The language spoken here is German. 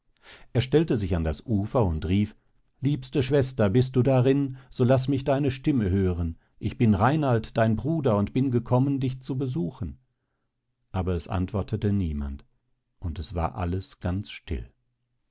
er stellte sich an das ufer und rief liebste schwester bist du darin so laß mich deine stimme hören ich bin reinald dein bruder und bin gekommen dich zu besuchen aber es antwortete niemand und war alles ganz still